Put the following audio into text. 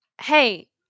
Hey